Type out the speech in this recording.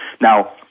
Now